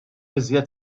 iżjed